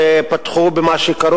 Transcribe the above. המצב חמור במיוחד במחלקות